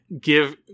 give